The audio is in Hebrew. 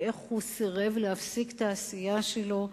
ואיך הוא סירב להפסיק את העשייה שלו.